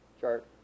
chart